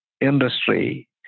industry